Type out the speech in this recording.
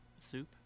soup